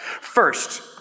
First